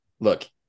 Look